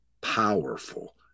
powerful